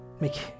Make